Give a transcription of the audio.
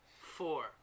Four